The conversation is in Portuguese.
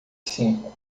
cinco